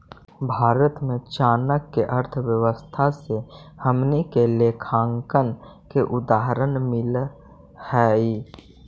भारत में चाणक्य के अर्थशास्त्र से हमनी के लेखांकन के उदाहरण मिल हइ